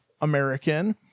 American